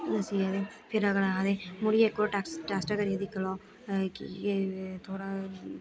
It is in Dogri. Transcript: दस्सियै ते फिर अगले आखदे मुड़ियै इक होर टैस्ट करियै दिक्खी लैओ कि थोह्ड़ा